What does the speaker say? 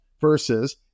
versus